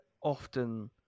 often